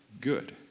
good